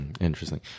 Interesting